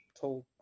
told